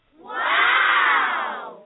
Wow